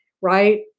right